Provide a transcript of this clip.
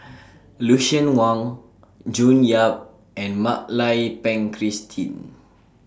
Lucien Wang June Yap and Mak Lai Peng Christine